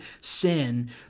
sin